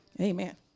Amen